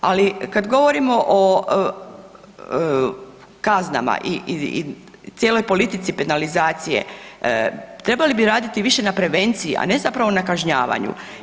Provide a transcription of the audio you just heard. Ali kad govorimo o kaznama i cijeloj politici penalizacije, trebali bi raditi više na prevenciji, a ne zapravo na kažnjavanju.